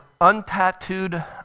untattooed